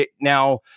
Now